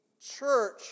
church